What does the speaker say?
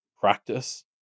practice